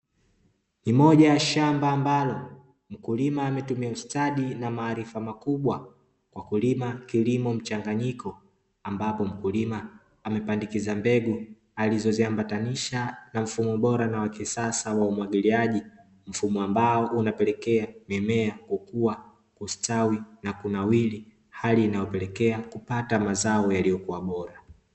Ni moja ya shamba ambalo mkulima ametumia ustadi na maarifa makubwa kwa kulima kilimo mchanganyiko, ambapo mkulima amepandikiza mbegu alizoziambatanisha na mfumo bora na wa kisasa wa umwagiliaji, mfumo ambao unapelekea mimea kukua, kustawi na kunawiri hali inayopelekea kupata mazao yaliyokuwa bora.